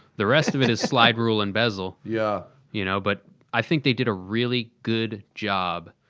the rest of it is slide rule and bezel. yeah you know? but i think they did a really good job